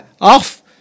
Off